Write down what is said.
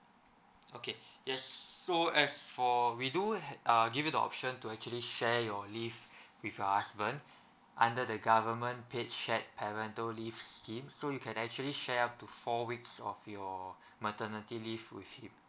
okay yes so as for we do ha~ uh give you the option to actually share your leave with your husband under the government paid shared parental leave scheme so you can actually share up to four weeks of your maternity leave with him